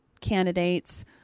Candidates